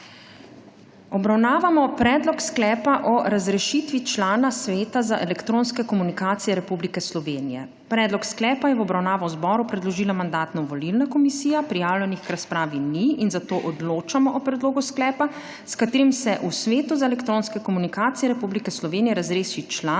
Obravnavamo Predlog sklepa o razrešitvi člana Sveta za elektronske komunikacije Republike Slovenije. Predlog sklepa je v obravnavo zboru predložila Mandatno-volilna komisija. Prijavljenih k razpravi ni. Zato odločamo o Predlogu sklepa, s katerim se v Svetu za elektronske komunikacije Republike Slovenije razreši član